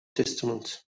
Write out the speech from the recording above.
testament